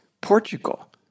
Portugal